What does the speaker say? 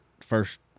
first